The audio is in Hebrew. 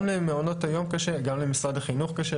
גם למעונות היום קשה, גם למשרד החינוך קשה.